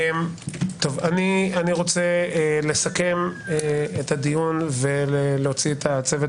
אני רוצה לסכם את הדיון ולהוציא את צוות